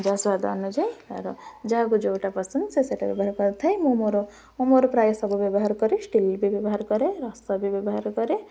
ଯାହା ସ୍ୱାଦ ଅନୁଯାୟୀ ତ ଯାହାକୁ ଯେଉଁଟା ପସନ୍ଦ ସେ ସେଇଟା ବ୍ୟବହାର କରିଥାଏ ମୁଁ ମୋର ମୁଁ ମୋର ପ୍ରାୟ ସବୁ ବ୍ୟବହାର କରେ ଷ୍ଟିଲ୍ ବି ବ୍ୟବହାର କରେ ରସ ବି ବ୍ୟବହାର କରେ